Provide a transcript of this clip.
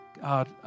God